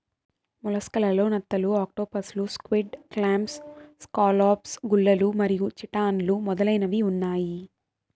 mollusc లలో నత్తలు, ఆక్టోపస్లు, స్క్విడ్, క్లామ్స్, స్కాలోప్స్, గుల్లలు మరియు చిటాన్లు మొదలైనవి ఉన్నాయి